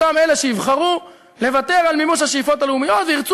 אותם אלה שיבחרו לוותר על מימוש השאיפות הלאומיות וירצו